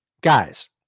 Guys